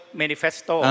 manifesto